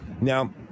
Now